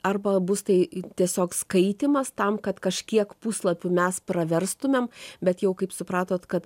arba bus tai tiesiog skaitymas tam kad kažkiek puslapių mes praverstumėm bet jau kaip supratot kad